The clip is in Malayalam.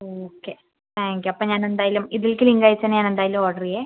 ഓക്കെ താങ്ക് യു അപ്പോൾ ഞാൻ എന്തായാലും ഈ വീക്ക് തിങ്കളാഴ്ച ഞാൻ എന്തായാലും ഓർഡറ് ചെയ്യാം